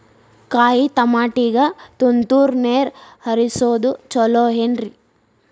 ಕಾಯಿತಮಾಟಿಗ ತುಂತುರ್ ನೇರ್ ಹರಿಸೋದು ಛಲೋ ಏನ್ರಿ?